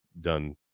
done